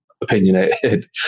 opinionated